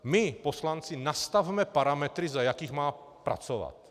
My poslanci nastavme parametry, za jakých má pracovat.